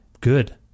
good